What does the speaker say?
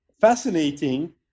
fascinating